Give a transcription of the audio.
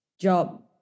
job